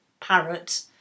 parrot